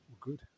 good